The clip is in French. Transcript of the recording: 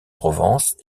provence